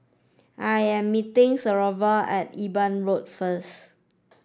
I am meeting Severo at Eben Road first